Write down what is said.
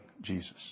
Jesus